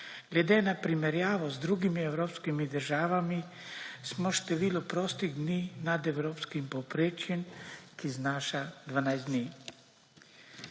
Glede na primerjavo z drugimi evropskimi državami smo v številu prostih dni nad evropskim povprečjem, ki znaša 12 dni.